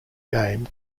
game